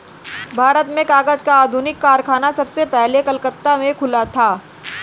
भारत में कागज का आधुनिक कारखाना सबसे पहले कलकत्ता में खुला था